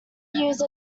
used